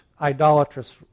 idolatrous